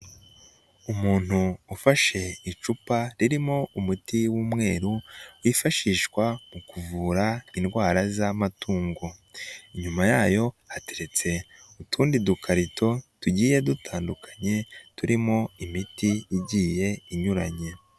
Umuntu ufashe icupa ririmo umuti w'umweru, wifashishwa mu kuvura indwara z'amatungo, nyuma yayo hateretse utundi dukarito tugiye dutandukanye, turimo imiti igiye inyuranye.